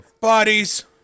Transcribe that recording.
Bodies